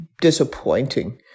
disappointing